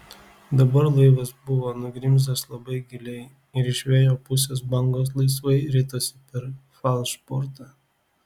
dabar laivas buvo nugrimzdęs labai giliai ir iš vėjo pusės bangos laisvai ritosi per falšbortą